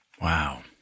Wow